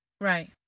Right